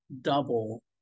double